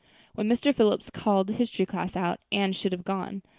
when mr. phillips called the history class out anne should have gone,